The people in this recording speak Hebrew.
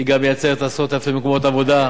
היא גם מייצרת עשרות אלפי מקומות עבודה.